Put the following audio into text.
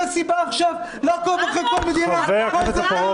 סיבה עכשיו לעקוב אחרי כל מדינת ישראל?